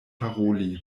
paroli